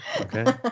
okay